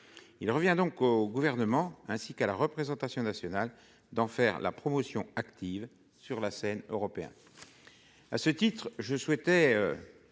Il revient donc au Gouvernement, ainsi qu'à la représentation nationale, d'en faire la promotion active sur la scène européenne.